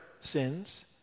sins